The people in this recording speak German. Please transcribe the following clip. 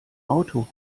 auto